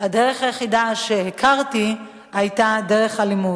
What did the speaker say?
הדרך היחידה שהכרתי היתה דרך אלימות.